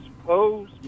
suppose